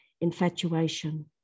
infatuation